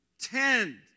Ten